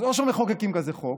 אז או שמחוקקים כזה חוק,